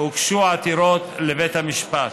הוגשו עתירות לבית המשפט.